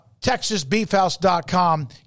TexasBeefHouse.com